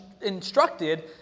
instructed